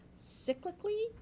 cyclically